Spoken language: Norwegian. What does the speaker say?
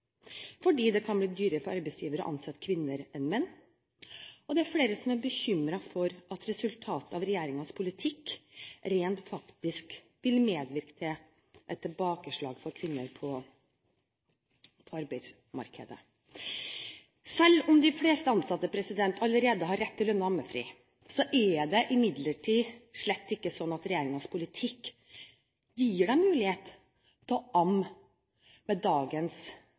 fordi det kan bli dyrere for arbeidsgivere å ansette kvinner enn menn, og det er flere som er bekymret for at resultatet av regjeringens politikk rent faktisk vil medvirke til et tilbakeslag for kvinner på arbeidsmarkedet. Selv om de fleste ansatte allerede har rett til lønnet ammefri, er det imidlertid slett ikke sånn at regjeringens politikk gir dem mulighet til å amme med dagens